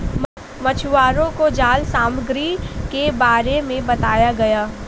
मछुवारों को जाल सामग्री के बारे में बताया गया